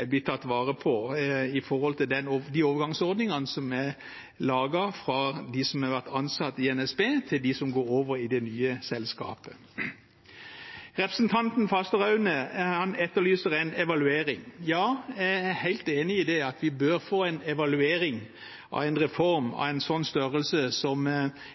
er blitt tatt vare på i de overgangsordningene som er laget for dem som har vært ansatt i NSB, og som går over i det nye selskapet. Representanten Fasteraune etterlyser en evaluering. Jeg er helt enig i at vi bør få en evaluering av en reform av en slik størrelse som